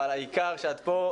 אבל העיקר שאת פה,